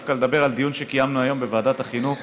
ודווקא לדבר על דיון שקיימנו היום בוועדת החינוך